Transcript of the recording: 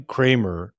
Kramer